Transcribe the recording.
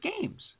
games